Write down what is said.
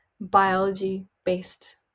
biology-based